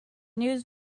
news